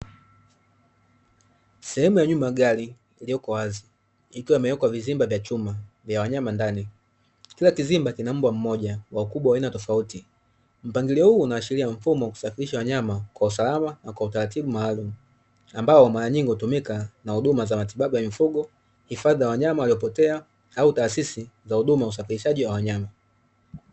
Sehemu ya nyuma ya gari iliyoko wazi ilowekwa vizimba vya chuma vya wanyama ndani , kila kizimba kina mbwa mmoja wa ukubwa aina tofauti. Mpangilio huu unaashiria mfumo kusafirisha wanyama kwa usalama na kwa utaratibu maalumu ambao mara nyingi hutumika na huduma za matibabu ya mifugo, hifadhi ya wanyama waliopotea au taasisi za huduma ya usafirishaji wanyama.